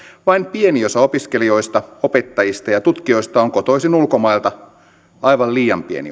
vain pieni osa opiskelijoista opettajista ja tutkijoista on kotoisin ulkomailta aivan liian pieni